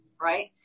Right